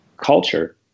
culture